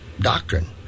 doctrine